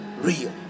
real